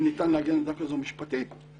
אם ניתן להגיע לעמדה משפטית כזאת.